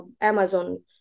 Amazon